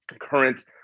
current